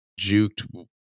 Juked